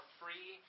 free